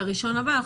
על ראשון הבא,